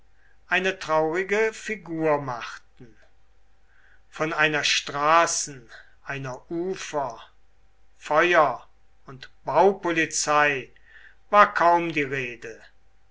eine traurige figur machten von einer straßen einer ufer feuer und baupolizei war kaum die rede